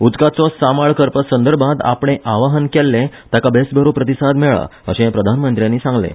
उदकाचो सांबाळकरपा संदर्भांत आपणे आवाहन केल्ले ताका बेसबरो प्रतिसाद मेळ्ळा अशें प्रधानमंत्र्यानी सांगलें